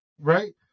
Right